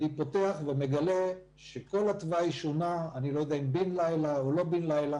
אני פותח ומגלה שכל התוואי שונה אני לא יודע אם בן לילה או לא בן לילה